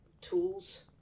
tools